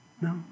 No